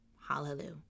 Hallelujah